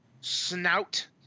snout